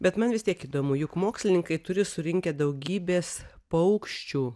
bet man vis tiek įdomu juk mokslininkai turi surinkę daugybės paukščių